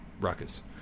Ruckus